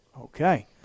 Okay